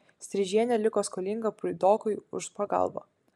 streižienė liko skolinga priudokui už pagalbą